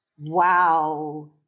wow